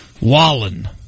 Wallen